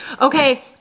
Okay